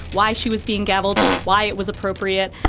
why she was being gavelled, why it was appropriate.